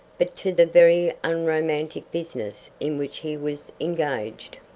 but to the very unromantic business in which he was engaged.